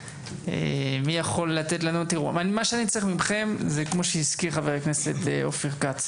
מה שאני צריך מכם זה כמו שהזכיר חבר הכנסת אופיר כץ,